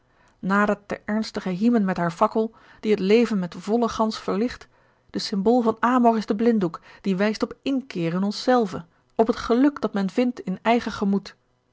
nadert de ernstige hymen met haar fakkel die het leven met vollen glans verlicht de symbool van amor is de blinddoek die wijst op inkeer in ons zelven op het geluk dat men vindt in eigen gemoed